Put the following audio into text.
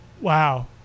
Wow